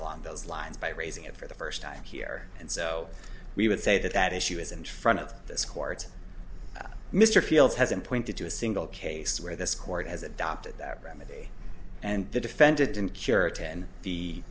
along those lines by raising it for the first time here and so we would say that that issue is in front of this court mr fields hasn't pointed to a single case where this court has adopted that remedy and the defendant didn't cure or ten the